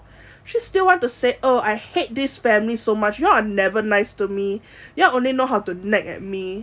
she still want to say oh I hate this family so much you all are never nice to me you all only know how to nag at me